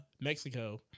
Mexico